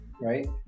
right